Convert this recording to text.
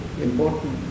important